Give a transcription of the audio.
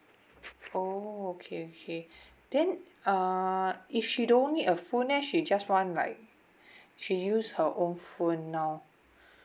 oh okay okay then if she don't need a phone leh she just want like she use her own phone now